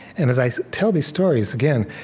and as i tell these stories, again,